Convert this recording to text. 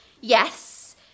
Yes